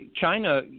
china